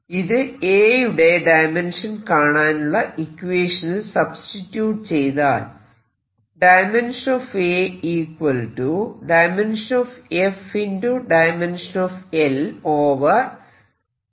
ഇത് A യുടെ dimension കാണാനുള്ള ഇക്വേഷനിൽ സബ്സ്റ്റിട്യൂട്ട് ചെയ്താൽ A F L q v